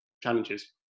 challenges